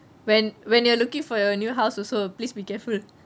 when when you are looking for your new house also please be careful